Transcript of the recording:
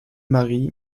marie